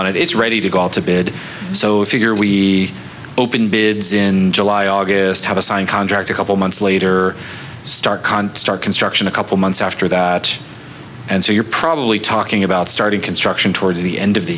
on it it's ready to go to bid so if you are we open bids in july august have a signed contract a couple months later start qantas construction a couple months after that and so you're probably talking about starting construction towards the end of the